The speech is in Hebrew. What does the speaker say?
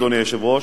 אדוני היושב-ראש,